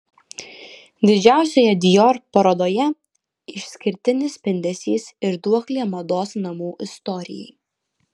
didžiausioje dior parodoje išskirtinis spindesys ir duoklė mados namų istorijai